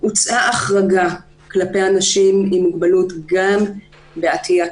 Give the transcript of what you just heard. שהוצאה החרגה כלפי אנשים עם מוגבלות גם בעטיית